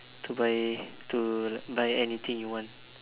to buy to buy anything you want